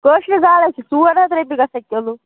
کٲشرِ گاڈٕ حَظ چھِ ژور ہَتھ رۄپیہِ گژھان کِلوٗ